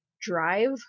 Drive